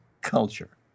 culture